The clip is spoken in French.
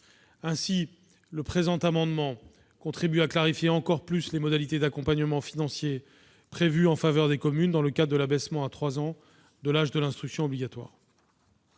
Ainsi, le présent amendement tend à clarifier encore plus les modalités d'accompagnement financier prévues en faveur des communes dans le cadre de l'abaissement à 3 ans de l'âge de l'instruction obligatoire.